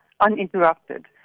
uninterrupted